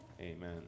Amen